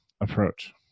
approach